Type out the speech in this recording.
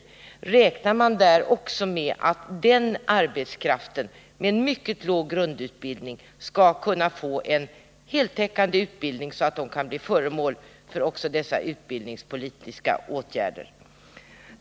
Jag vill fråga: Räknar man då också med att arbetskraft med mycket låg utbildning skall kunna bli föremål för heltäckande utbildningspolitiska åtgärder?